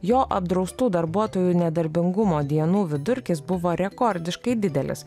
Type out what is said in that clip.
jo apdraustų darbuotojų nedarbingumo dienų vidurkis buvo rekordiškai didelis